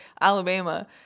Alabama